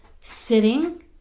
sitting